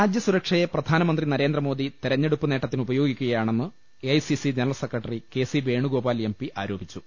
രാജ്യസുരക്ഷയെ പ്രധാനമന്ത്രി നരേന്ദ്രമോദി തെരഞ്ഞെടുപ്പ് നേട്ട ത്തിനുപയോഗിക്കുകയാണെന്ന് A I C C general secretary K C Venugopal M P ആരോപിച്ചു